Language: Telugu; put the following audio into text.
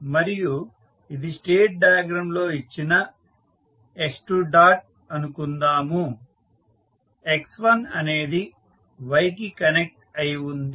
మరియు ఇది స్టేట్ డయాగ్రమ్ లో ఇచ్చిన x2 అనుకుందాము x1 అనేది y కి కనెక్ట్ అయి ఉంది